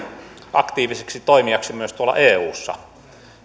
aktiiviseksi toimijaksi myös tuolla eussa